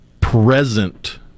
present